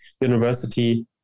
university